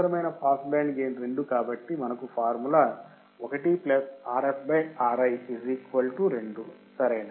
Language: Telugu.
అవసరమైన పాస్ బ్యాండ్ గెయిన్ 2 కాబట్టి మనకు ఫార్ములా సరైనది